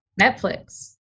Netflix